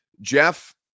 Jeff